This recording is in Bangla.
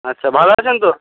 আচ্ছা ভালো আছেন তো